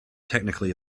technically